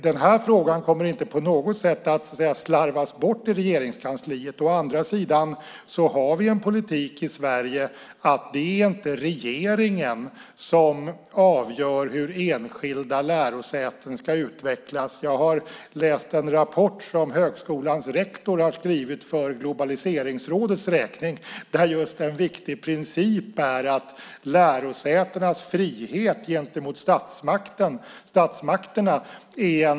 Den här frågan kommer inte på något sätt att slarvas bort i Regeringskansliet. Å andra sidan har vi en politik i Sverige att det inte är regeringen som avgör hur enskilda lärosäten ska utvecklas. Jag har läst en rapport som högskolans rektor har skrivit för Globaliseringsrådets räkning där en viktig princip är lärosätenas frihet gentemot statsmakterna.